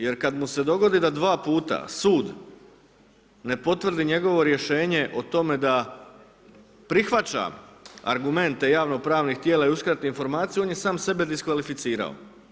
Jer kad mu se dogodi da 2 puta sud ne potvrdi njegovo rješenje o tome da prihvaća argumente javno pravnih tijela i uskrati informaciju, on je sam sebe diskvalificirao.